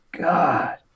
God